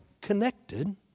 connected